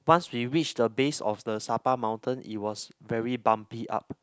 once we reach the base of the Sabah mountain it was very bumpy up